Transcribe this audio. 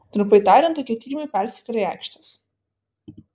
trumpai tariant tokie tyrimai persikelia į aikštes